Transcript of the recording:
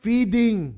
Feeding